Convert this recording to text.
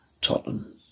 Tottenham